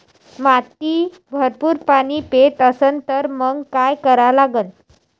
माती भरपूर पाणी पेत असन तर मंग काय करा लागन?